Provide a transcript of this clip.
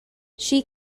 she